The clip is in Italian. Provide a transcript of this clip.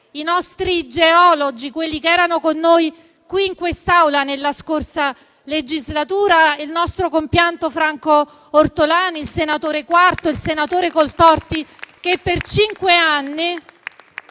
i nostri geologi, quelli che erano con noi in quest'Aula nella scorsa legislatura: il nostro compianto Franco Ortolani, il senatore Quarto, il senatore Coltorti, che per cinque anni,